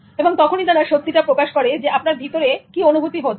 এবং তখনই তারা সত্যিটা প্রকাশ করে যে আপনার ভিতরে কি অনুভতি হচ্ছে